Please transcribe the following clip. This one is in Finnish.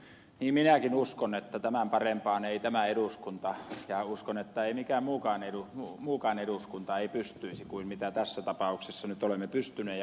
niin minäkin uskon että tämän parempaan ei tämä eduskunta ja uskon että ei mikään muukaan eduskunta pystyisi kuin tässä tapauksessa nyt olemme pystyneet